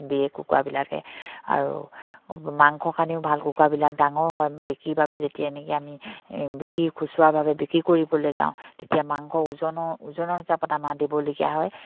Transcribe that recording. দিয়ে কুকুৰাবিলাকে আৰু মাংস কানিও ভাল কুকুৰাবিলাক ডাঙৰ হয় বিক্ৰীৰ বাবে যেতিয়া নেকি আমি বিক্ৰী খুচুৰাভাৱে বিক্ৰী কৰিবলৈ যাওঁ তেতিয়া মাংস ওজনৰ ওজনৰ হিচাপত আমাৰ দিবলগীয়া হয়